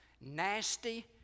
nasty